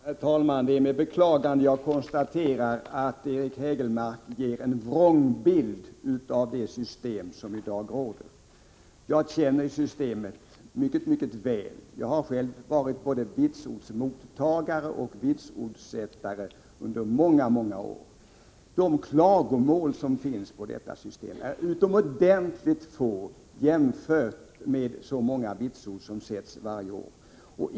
Herr talman! Det är med beklagande jag konstaterar att Eric Hägelmark ger en vrång bild av det system som i dag råder. Jag känner systemet mycket väl. Jag har själv varit både vitsordsmottagare och vitsordsgivare under många år. Antalet klagomål som riktas mot detta system är utomordentligt få, jämfört med det stora antal vitsord som ges varje år.